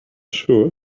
sure